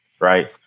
right